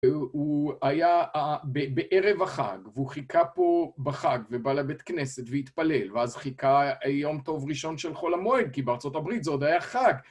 הוא היה ה.. בערב החג, והוא חיכה פה בחג ובא לבית כנסת והתפלל, ואז חיכה יום טוב ראשון של כל המועד, כי בארצות הברית זה עוד היה חג.